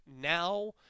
now